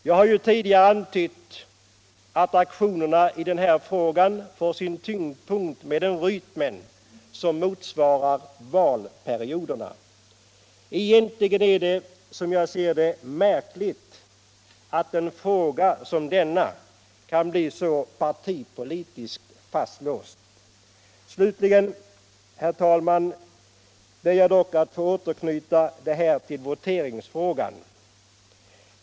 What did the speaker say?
Jag har ju = en i södra Hälsingtidigare antytt att aktionerna i den här frågan får sin tyngdpunkt med = land en rytm som motsvarar valperioderna. Egentligen är det, som jag ser det, märkligt att en fråga som denna kan bli så partipolitiskt fastlåst. Slutligen, herr talman, ber jag dock att få återknyta till voteringsfrågan.